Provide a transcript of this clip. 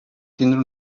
tindre